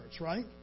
right